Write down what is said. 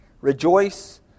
Rejoice